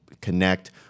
connect